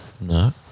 No